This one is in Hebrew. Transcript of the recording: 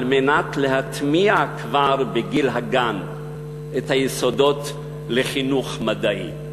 מנת להטמיע כבר בגיל הגן את היסודות לחינוך מדעי.